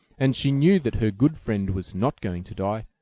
and she knew that her good friend was not going to die,